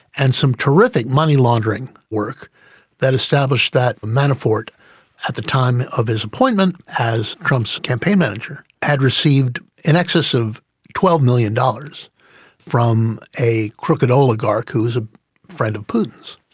and some terrific money-laundering work that established that manafort at the time of his appointment as trump's campaign manager had received in excess of twelve million dollars from a crooked oligarch who was a friend of putin's.